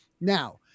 now